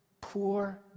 poor